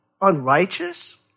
unrighteous